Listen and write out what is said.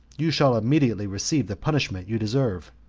you shall immediately receive the punishment you deserve.